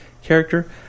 character